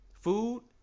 food